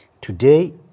Today